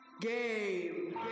Game